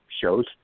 shows